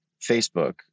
Facebook